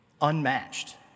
unmatched